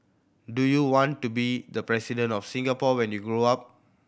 do you want to be the President of Singapore when you grow up